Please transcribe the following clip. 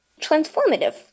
transformative